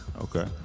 Okay